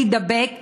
תידבק ותחלה.